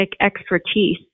expertise